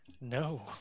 no